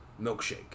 Milkshake